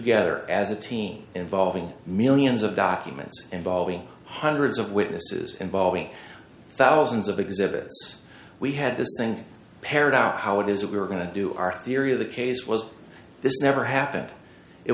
gather as a teen involving millions of documents involving hundreds of witnesses involving thousands of exhibits we had this thing paired out how it is that we were going to do our theory of the case was this never happened it